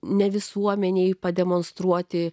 ne visuomenei pademonstruoti